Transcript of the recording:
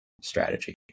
strategy